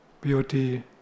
beauty